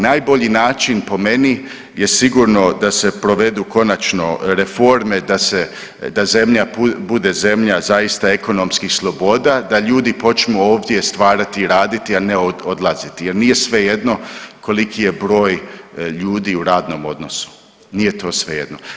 Najbolji način po meni je sigurno da se provedu konačno reforme da zemlja bude zemlja zaista ekonomskih sloboda, da ljudi počnu ovdje stvarati i raditi, a ne odlaziti jer nije svejedno koliki je broj ljudi u radnom odnosu, nije to svejedno.